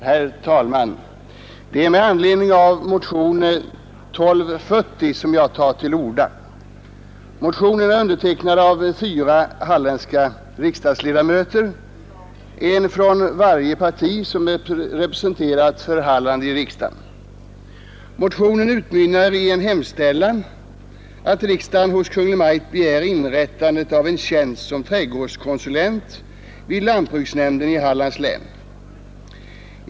Herr talman! Det är med anledning av motionen 1240 som jag har begärt ordet. Motionen är undertecknad av fyra halländska riksdagsledamöter, en från varje parti som är representerat för Halland i riksdagen. Motionen utmynnar i en hemställan att riksdagen hos Kungl. Maj:t begär inrättande av en tjänst som trädgårdskonsulent vid lantbruksnämnden i Hallands län.